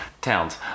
Towns